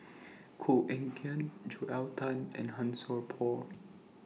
Koh Eng Kian Joel Tan and Han Sai Por